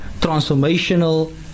transformational